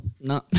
No